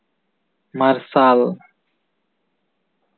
ᱢᱟᱨᱥᱟᱞ